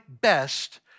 best